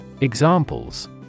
Examples